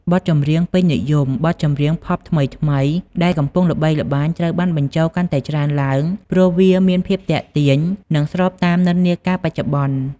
បទចម្រៀងពេញនិយម បទចម្រៀង ផប់ថ្មីៗដែលកំពុងល្បីល្បាញត្រូវបានបញ្ចូលកាន់តែច្រើនឡើង ព្រោះវាមានភាពទាក់ទាញ និងស្របតាមនិន្នាការបច្ចុប្បន្ន។